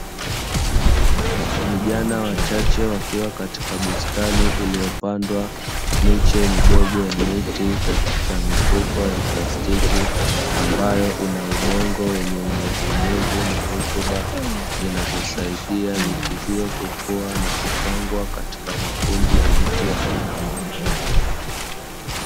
Vijana wachache wakiwa katika bustani iliyopandwa miche midogo ya miti katika mifuko ya plastiki ambayo ina udongo wenye unyevu unyevu na rutuba; zinazosaidia miti hiyo kukua na kupangwa katika makundi ya miti ya aina moja.